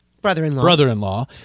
brother-in-law